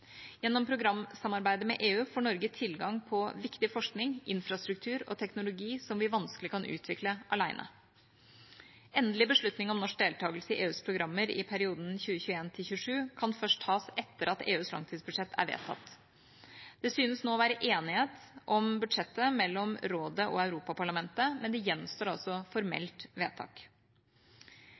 Gjennom programsamarbeidet med EU får Norge tilgang på viktig forskning, infrastruktur og teknologi som vi vanskelig kan utvikle alene. Endelig beslutning om norsk deltakelse i EUs programmer i perioden 2021–2027 kan først tas etter at EUs langtidsbudsjett er vedtatt. Det synes nå å være enighet om budsjettet mellom Rådet og Europaparlamentet, men det gjenstår altså formelt vedtak.